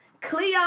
Cleo